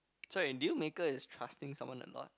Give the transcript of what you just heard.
so in deal maker is trusting someone a lot